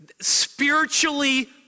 spiritually